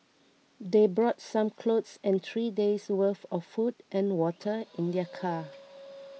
they brought some clothes and three days' worth of food and water in their car